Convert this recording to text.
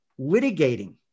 litigating